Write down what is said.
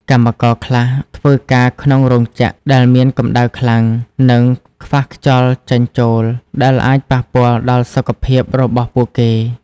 កម្មករខ្លះធ្វើការក្នុងរោងចក្រដែលមានកំដៅខ្លាំង និងខ្វះខ្យល់ចេញចូល ដែលអាចប៉ះពាល់ដល់ សុខភាព របស់ពួកគេ។